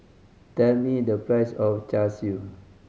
tell me the price of Char Siu